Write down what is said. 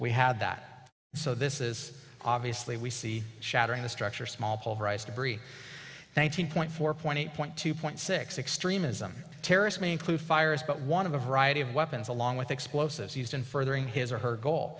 we had that so this is obviously we see shattering the structure small pulverized debris one thousand point four point eight point two point six extremism terrorist me include fires but one of a variety of weapons along with explosives used in furthering his or her goal